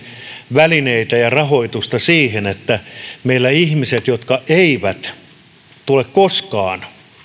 välineitä ja rahoitusta siihen että luodaan polkuja ihmisille jotka eivät tule koskaan